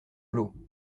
l’eau